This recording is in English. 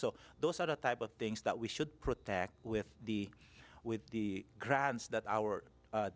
so those are the type of things that we should protect with the with the crowds that our